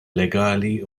legali